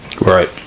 Right